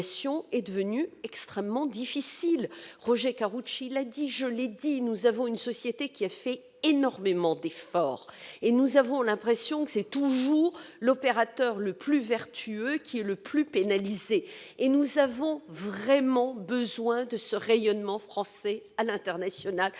est devenue extrêmement difficile. Je le dis après Roger Karoutchi, une société a fait énormément d'efforts et nous avons l'impression que c'est toujours l'opérateur le plus vertueux qui est le plus pénalisé ! Or nous avons vraiment besoin de ce rayonnement français à l'international,